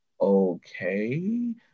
okay